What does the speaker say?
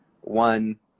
One